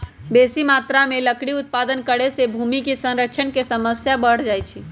बेशी मत्रा में लकड़ी उत्पादन करे से भूमि क्षरण के समस्या बढ़ जाइ छइ